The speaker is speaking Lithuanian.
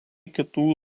kitų